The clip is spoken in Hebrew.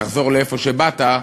תחזור לאיפה שבאת,